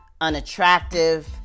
unattractive